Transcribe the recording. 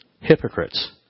hypocrites